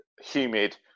humid